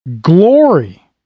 Glory